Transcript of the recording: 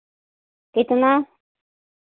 कितना